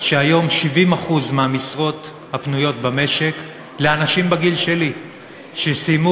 שהיום 70% מהמשרות הפנויות במשק לאנשים בגיל שלי שסיימו